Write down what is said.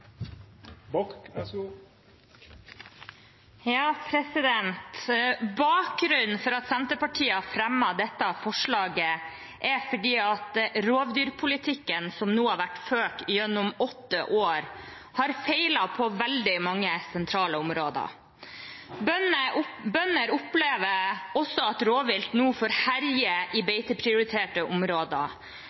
at rovdyrpolitikken som nå har vært ført gjennom åtte år, har feilet på veldig mange sentrale områder. Bønder opplever også at rovvilt nå får herje i beiteprioriterte områder,